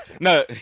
no